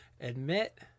admit